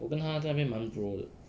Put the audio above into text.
我跟他在那边蛮 bro 的